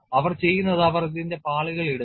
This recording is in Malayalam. അവർ ചെയ്യുന്നത് അവർ ഇതിന്റെ പാളികൾ ഇടുന്നു